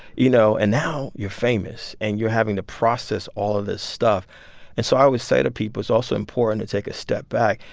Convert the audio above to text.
you know, and now you're famous. and you're having to process all of this stuff and so i always say to people it's also important to take a step back.